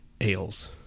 ales